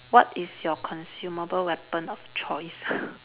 what is your consumable weapon of choice